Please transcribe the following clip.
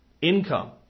income